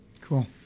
cool